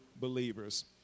believers